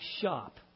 shop